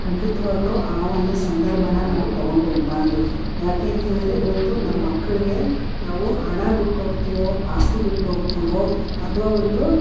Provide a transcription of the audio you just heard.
ಖಂಡಿತವಾಗ್ಲೂ ಆ ಒಂದು ಸಂದರ್ಭಾನ ನಾವು ತಗೊಂಡೋಗಬಾರ್ದು ಯಾಕೆಂತ್ಹೇಳಿದ್ರೆ ಇವತ್ತು ನಮ್ಮ ಮಕ್ಳಿಗೆ ನಾವು ಹಣ ಬಿಟ್ಟೋಗ್ತೀವೋ ಆಸ್ತಿ ಬಿಟ್ಟೋಗ್ತೀವೋ ಅಥ್ವಾ ಒಂದು